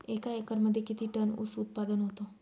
एका एकरमध्ये किती टन ऊस उत्पादन होतो?